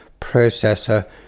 processor